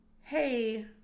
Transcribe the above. Hey